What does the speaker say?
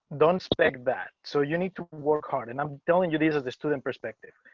don't spect that so you need to work hard and i'm telling you, these are the student perspective.